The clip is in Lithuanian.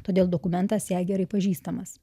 todėl dokumentas jai gerai pažįstamas